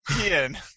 Ian